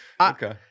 Okay